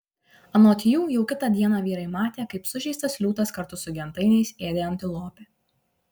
anot jų jau kitą dieną vyrai matė kaip sužeistas liūtas kartu su gentainiais ėdė antilopę